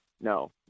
no